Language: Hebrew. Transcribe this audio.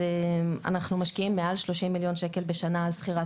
אנחנו משקיעים מעל 30 מיליון שקל בשנה על שכירת